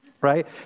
right